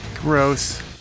gross